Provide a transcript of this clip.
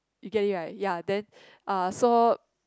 you get it right ya then uh so